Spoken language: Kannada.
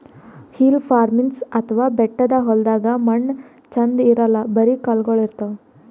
ಹಿಲ್ ಫಾರ್ಮಿನ್ಗ್ ಅಥವಾ ಬೆಟ್ಟದ್ ಹೊಲ್ದಾಗ ಮಣ್ಣ್ ಛಂದ್ ಇರಲ್ಲ್ ಬರಿ ಕಲ್ಲಗೋಳ್ ಇರ್ತವ್